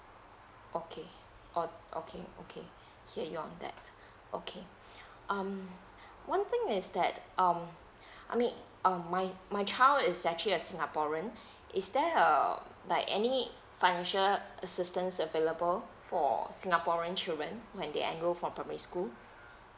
okay oh okay okay hear you on that okay um one thing is that um I mean um my my child is actually a singaporean is there err like any financial assistance available for singaporean children when they enroll for primary school